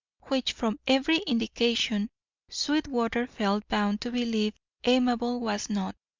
which from every indication sweetwater felt bound to believe amabel was not.